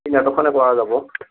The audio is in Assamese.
সেই নাটকখনে কৰা যাব